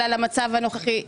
אלא למצב הנוכחי.